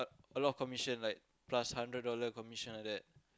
a lot of commission like plus hundred dollar commission like that